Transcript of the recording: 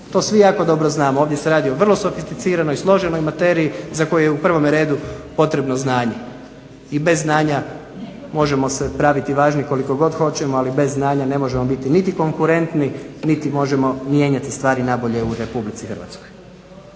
To svi jako dobro znamo, ovdje se radi o vrlo sofisticiranoj i složenoj materiji za koju je u prvome redu potrebno znanje. I bez znanja možemo se praviti važni koliko god hoćemo ali bez znanja ne možemo biti niti konkurentni niti možemo mijenjati stvari na bolje u RH. Dakle,